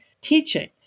teaching